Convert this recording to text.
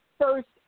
first